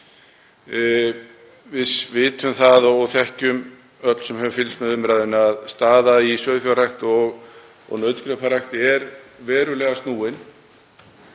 Við vitum það og þekkjum öll sem höfum fylgst með umræðunni að staða í sauðfjárrækt og nautgriparækt er verulega snúin,